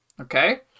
Okay